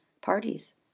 parties